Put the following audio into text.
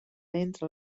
entre